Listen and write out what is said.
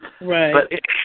Right